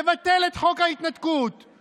לבטל את חוק ההתנתקות,